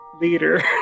leader